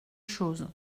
chose